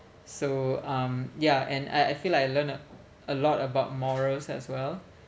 so um yeah and I I feel like I learned a a lot about morals as well